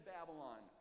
Babylon